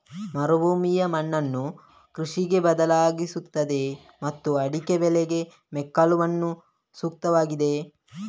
ಮರುಭೂಮಿಯ ಮಣ್ಣನ್ನು ಕೃಷಿಗೆ ಬಳಸಲಾಗುತ್ತದೆಯೇ ಮತ್ತು ಅಡಿಕೆ ಬೆಳೆಗೆ ಮೆಕ್ಕಲು ಮಣ್ಣು ಸೂಕ್ತವಾಗಿದೆಯೇ?